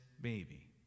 baby